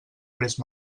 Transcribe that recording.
pres